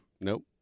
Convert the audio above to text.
Nope